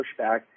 pushback